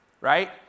Right